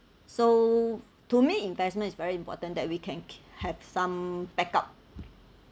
so to me investment is very important that we can have some backup